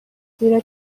زیرا